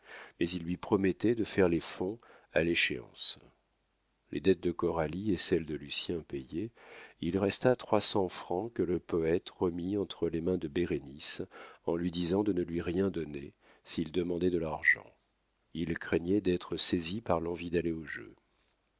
mais il lui promettait de faire les fonds à l'échéance les dettes de coralie et celles de lucien payées il resta trois cents francs que le poète remit entre les mains de bérénice en lui disant de ne lui rien donner s'il demandait de l'argent il craignait d'être saisi par l'envie d'aller au jeu